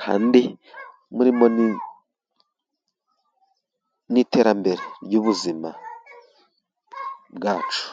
Kandi umurimo ni iterambere ry'ubuzima bwacu.